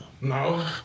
No